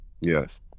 yes